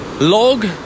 log